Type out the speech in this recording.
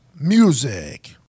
music